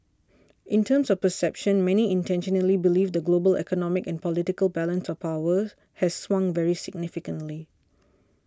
in terms of perceptions many internationally believe the global economic and political balance of power has swung very significantly